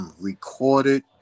Recorded